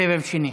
סבב שני.